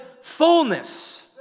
fullness